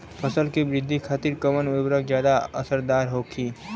फसल के वृद्धि खातिन कवन उर्वरक ज्यादा असरदार होखि?